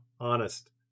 Honest